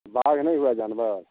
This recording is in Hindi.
बाघ नहीं हुआ जानवर